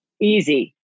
Easy